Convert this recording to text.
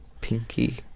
pinky